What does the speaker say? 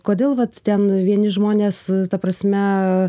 kodėl vat ten vieni žmonės ta prasme